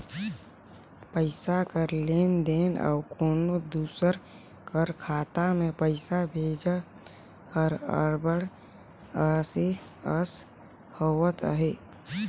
पइसा कर लेन देन अउ कोनो दूसर कर खाता में पइसा भेजई हर अब्बड़ असे अस होवत अहे